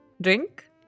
Drink